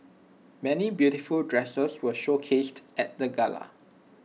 many beautiful dresses were showcased at the gala